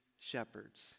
shepherds